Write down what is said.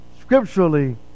scripturally